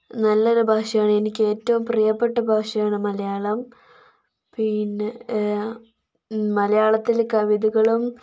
നല്ലൊരു ഭാഷയാണ് എനിക്ക് ഏറ്റവും പ്രിയപ്പെട്ട ഭാഷയാണ് മലയാളം പിന്നെ മലയാളത്തില് കവിതകളും